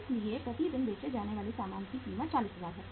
इसलिए प्रति दिन बेचे जाने वाले सामान की कीमत 40000 है